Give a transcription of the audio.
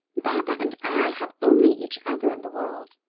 baba and i have only each other in the world,